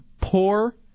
poor